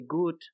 good